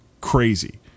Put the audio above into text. crazy